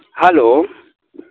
hello